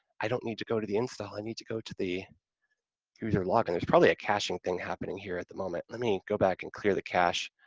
i don't need to go to the install, i need to go to the user log-in, there's probably a caching thing happening here at the moment, let me go back and clear the cache.